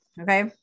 okay